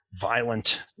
violent